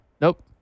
nope